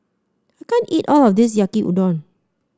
I can't eat all of this Yaki Udon